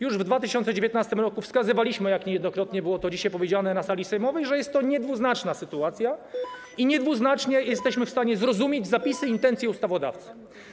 Już w 2019 r. wskazywaliśmy, jak niejednokrotnie zostało to dzisiaj powiedziane na sali sejmowej, że jest to niedwuznaczna sytuacja i niedwuznacznie jesteśmy w stanie zrozumieć zapisy intencji ustawodawcy.